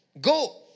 Go